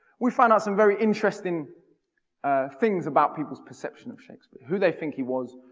we found out and very interesting things about people's perception of shakespeare. who they think he was,